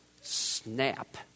Snap